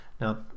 Now